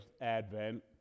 Advent